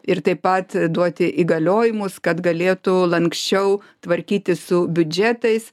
ir taip pat duoti įgaliojimus kad galėtų lanksčiau tvarkytis su biudžetais